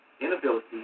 inability